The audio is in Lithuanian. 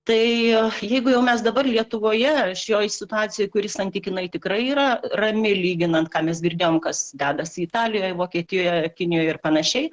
tai jeigu jau mes dabar lietuvoje šioj situacijoj kuri santykinai tikrai yra rami lyginant ką mes girdėjom kas dedasi italijoje vokietijoje kinijoje ir panašiai